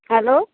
hello